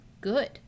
good